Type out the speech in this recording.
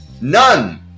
none